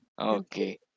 Okay